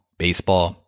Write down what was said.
baseball